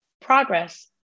progress